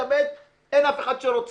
בשיטה ב' - אין אף אחד שרוצה,